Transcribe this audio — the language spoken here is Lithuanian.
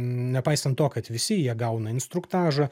nepaisant to kad visi jie gauna instruktažą